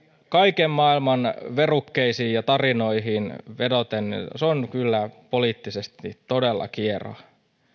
kaiken maailman verukkeisiin ja tarinoihin vedoten se on kyllä poliittisesti todella kieroa